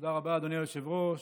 תודה רבה, אדוני היושב-ראש.